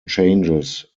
changes